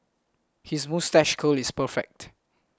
his moustache curl is perfect